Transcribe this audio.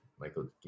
Michael